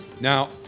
Now